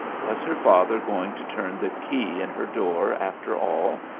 was her father going to turn the key in her door, after all?